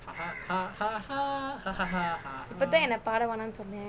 இப்போ தான் என்ன பாட வேண்டாம்னு சொன்ன:ippo thaan enna paada vaendaamnu sonna